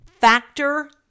Factor